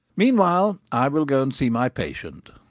meanwhile i will go and see my patient.